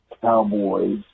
Cowboys